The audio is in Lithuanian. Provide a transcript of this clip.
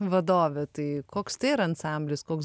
vadovė tai koks tai yra ansamblis koks